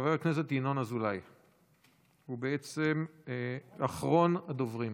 חבר הכנסת ינון אזולאי הוא בעצם אחרון הדוברים.